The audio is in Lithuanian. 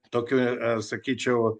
tokiu sakyčiau